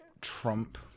trump